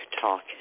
talk